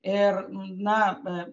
ir na